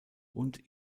und